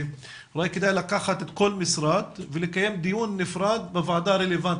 שכדאי לקחת כל משרד ולקיים דיון נפרד בוועדה הרלוונטית.